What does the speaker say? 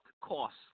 cost –